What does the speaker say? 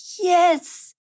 yes